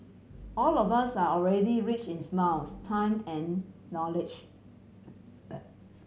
all of us are already rich in smiles time and knowledge